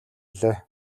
гэлээ